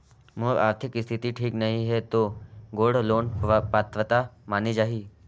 मोर आरथिक स्थिति ठीक नहीं है तो गोल्ड लोन पात्रता माने जाहि?